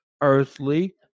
earthly